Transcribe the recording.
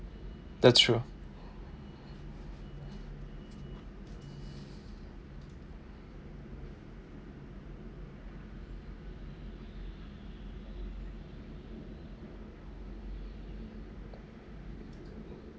that's true